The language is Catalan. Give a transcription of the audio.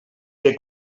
que